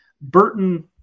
Burton